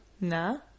No